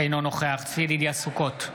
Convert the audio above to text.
אינו נוכח צבי ידידיה סוכות,